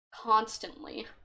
constantly